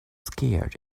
scared